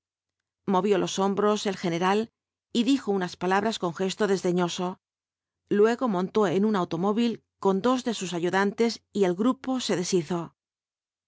movió los hombros el general y dijo unas palabras con gesto desdeñoso luego montó en un automóvil con dos de sus ayudantes y el grupo se deshizo